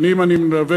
שנים אני מלווה